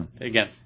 Again